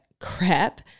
crap